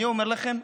אני אומר לכם,